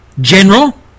General